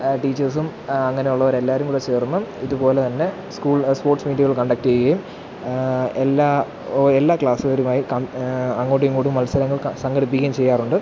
ടീച്ചേഴ്സും അങ്ങനുള്ളവരെല്ലാരും കൂടെ ചേർന്ന് ഇതുപോലെ തന്നെ സ്കൂൾ സ്പോർട്സ് മീറ്റുകൾ കണ്ടക്റ്റെയ്യേം എല്ലാ ഓ എല്ലാ ക്ലാസുകാരുമായി ക അങ്ങോട്ടുമിങ്ങോട്ടും മത്സരങ്ങൾ ക സംഘടിപ്പിക്കുകയും ചെയ്യാറുണ്ട്